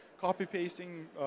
copy-pasting